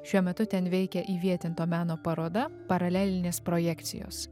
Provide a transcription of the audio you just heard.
šiuo metu ten veikia įvietinto meno paroda paralelinės projekcijos